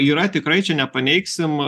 yra tikrai čia nepaneigsim